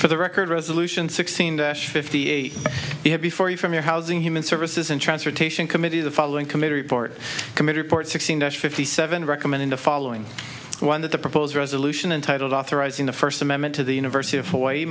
for the record resolution sixteen fifty eight you have before you from your housing human services and transportation committee the following committee report committee report sixteen us fifty seven recommend in the following one that the proposed resolution and title authorizing the first amendment to the university of hawaii